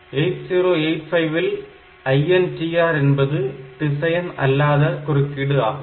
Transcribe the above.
8085 ல் INTR என்பது திசையன் அல்லாத குறுக்கீடு ஆகும்